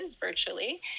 virtually